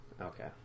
Okay